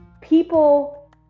People